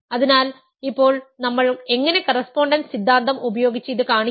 അതിനാൽ ഇപ്പോൾ നമ്മൾ എങ്ങനെ കറസ്പോണ്ടൻസ് സിദ്ധാന്തം ഉപയോഗിച്ച് ഇത് കാണിക്കും